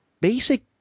basic